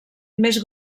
més